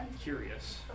curious